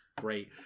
Great